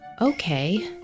Okay